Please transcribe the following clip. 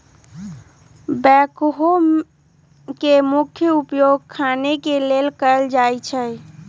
backhoe के मुख्य उपयोग खने के लेल कयल जाइ छइ